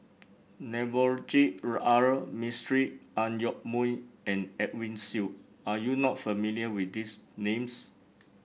Navroji R Mistri Ang Yoke Mooi and Edwin Siew are you not familiar with these names